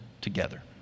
together